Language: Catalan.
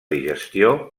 digestió